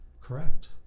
correct